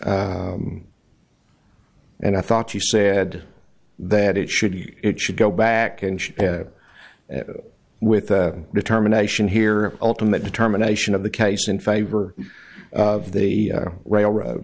and i thought you said that it should it should go back and with a determination here ultimate determination of the case in favor of the railroad